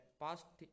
past